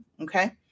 Okay